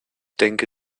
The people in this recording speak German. denke